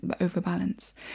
overbalance